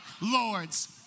Lord's